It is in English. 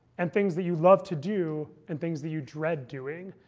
and things that you love to do, and things that you dread doing.